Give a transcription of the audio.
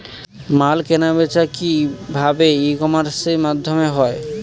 মাল কেনাবেচা কি ভাবে ই কমার্সের মাধ্যমে হয়?